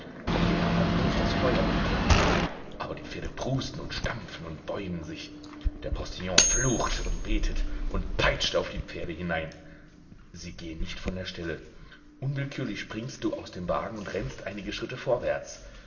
gerade durch das feuer geht der weg aber die pferde prusten und stampfen und bäumen sich der postillion flucht und betet und peitscht auf die pferde hinein sie gehen nicht von der stelle unwillkürlich springst du aus dem wagen und rennst einige schritte vorwärts